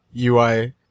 UI